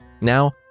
Now